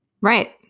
Right